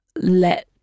let